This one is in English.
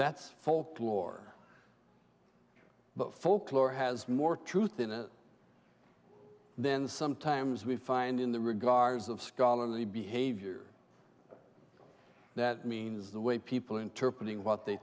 that's full floor but folklore has more truth in it then sometimes we find in the regards of scholarly behavior that means the way people interpret what they